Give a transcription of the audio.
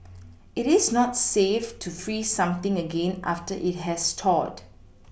it is not safe to freeze something again after it has thawed